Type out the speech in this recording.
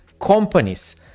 companies